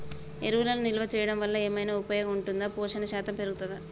ఎరువులను నిల్వ చేయడం వల్ల ఏమైనా ఉపయోగం ఉంటుందా పోషణ శాతం పెరుగుతదా?